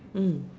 mm